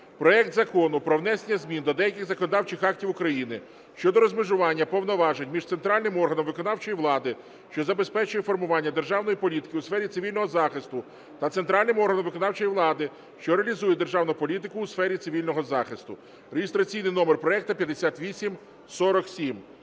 проект Закону про внесення змін до деяких законодавчих актів України щодо розмежування повноважень між центральним органом виконавчої влади, що забезпечує формування державної політики у сфері цивільного захисту, та центральним органом виконавчої влади, що реалізує державну політику у сфері цивільного захисту (реєстраційний номер проекту 5847).